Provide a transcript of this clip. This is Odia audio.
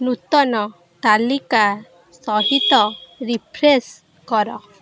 ନୂତନ ତାଲିକା ସହିତ ରିଫ୍ରେଶ୍ କର